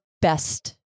best